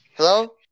Hello